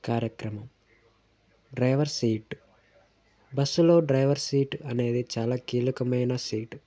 కార్యక్రమం driver seat బస్సులో driver seat అనేది చాలా కీలకమైన సీట్